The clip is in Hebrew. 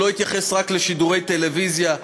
שלא יתייחס רק לשידורי טלוויזיה,